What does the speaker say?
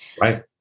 Right